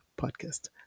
Podcast